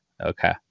Okay